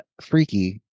Freaky